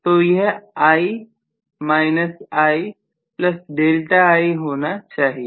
तो यह I I delta I होना चाहिए